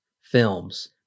films